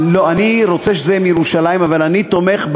אני רוצה שזה יהיה מירושלים, אבל אני תומך,